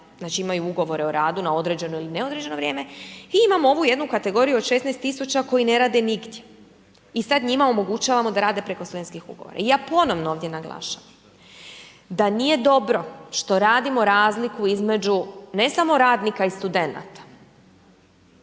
znači imaju ugovore o radu na određeno ili neodređeno vrijeme, i imamo ovu jednu kategoriju od 16000 koji ne rade nigdje. I sad njima omogućavamo da rade preko studentskih ugovora. I ja ponovno ovdje naglašavam, da nije dobro što radimo razliku između, ne samo radnika i studenata